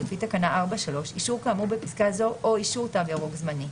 לפי תקנה 4(3) אישור כאמור בפסקה זו או אישור "תו ירוק" זמני,